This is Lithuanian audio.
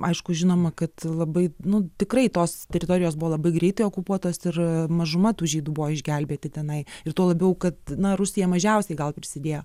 aišku žinoma kad labai nu tikrai tos teritorijos buvo labai greitai okupuotos ir mažuma tų žydų buvo išgelbėti tenai ir tuo labiau kad na rusija mažiausiai gal prisidėjo